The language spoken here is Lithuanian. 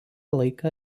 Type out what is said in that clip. laiką